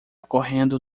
correndo